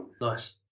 nice